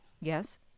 Yes